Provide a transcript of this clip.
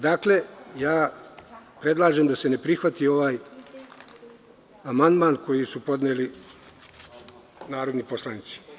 Dakle, ja predlažem da se ne prihvati ovaj amandman koji su podneli narodni poslanici.